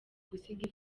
gusiga